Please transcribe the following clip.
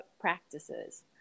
practices